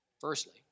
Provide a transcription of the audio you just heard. Firstly